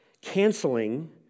Canceling